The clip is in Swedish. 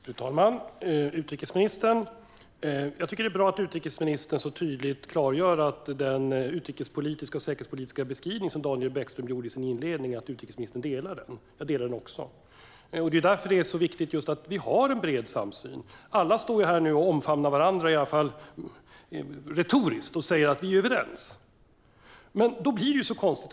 Fru talman och utrikesministern! Jag tycker att det är bra att utrikesministern så tydligt klargör att utrikesministern delar den utrikes och säkerhetspolitiska beskrivning som Daniel Bäckström gjorde i sin inledning. Också jag delar den. Det är viktigt att vi har en bred samsyn. Alla står nu här och omfamnar varandra i varje fall retoriskt och säger: Vi är överens. Då blir det så konstigt.